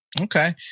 Okay